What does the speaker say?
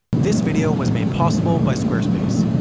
this video was made possible by squarespace.